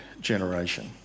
generation